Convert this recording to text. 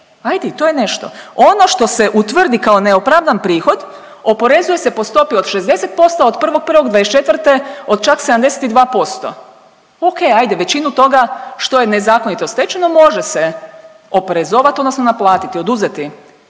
ajd i to je nešto. Ono što se utvrdi kao neopravdan prihod oporezuje se po stopi od 60%, a od 1.1.'24. od čak 72%. Okej, ajde većinu toga što je nezakonito stečeno može se oporezovat odnosno naplatiti, oduzeti